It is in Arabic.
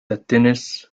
التنس